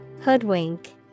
Hoodwink